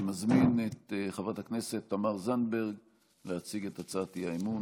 אני מזמין את חברת הכנסת תמר זנדברג להציג את הצעת האי-אמון,